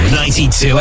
92